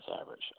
average